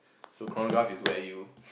so chronograph is where you